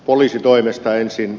poliisitoimesta ensin